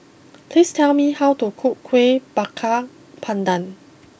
please tell me how to cook Kueh Bakar Pandan